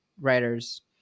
Writers